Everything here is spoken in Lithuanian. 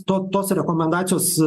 to tos rekomendacijos